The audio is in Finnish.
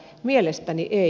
mielestäni ei